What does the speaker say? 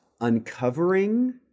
uncovering